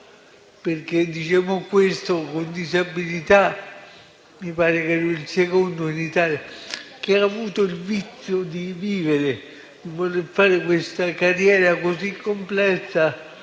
detto: questo con disabilità - mi pare che ero il secondo in Italia - che ha avuto il vizio di vivere e vuol fare questa carriera così complessa,